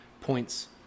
points